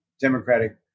democratic